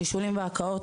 שלשולים והקאות,